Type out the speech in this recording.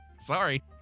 Sorry